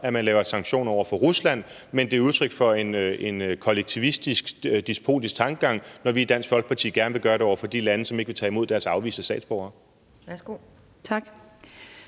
at man laver sanktioner over for Rusland, men at det på den anden side er udtryk for en kollektivistisk, despotisk tankegang, når vi i Dansk Folkeparti gerne vil gøre det over for de lande, som ikke vil tage imod deres afviste statsborgere.